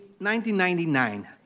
1999